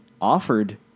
offered